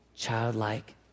childlike